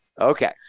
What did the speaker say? Okay